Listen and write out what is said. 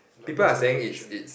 speculation lah